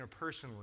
interpersonally